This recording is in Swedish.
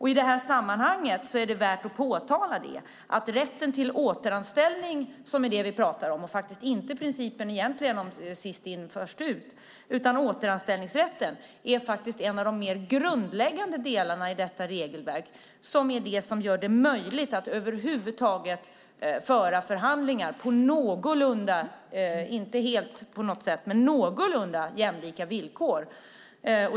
I det här sammanhanget är det värt att påtala att rätten till återanställning - det är egentligen det vi pratar om och inte principen sist in först ut - är en av de mer grundläggande delarna i detta regelverk och det som gör det möjligt att över huvud taget föra förhandlingar på någorlunda, inte helt på något sätt, jämlika villkor.